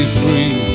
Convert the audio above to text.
free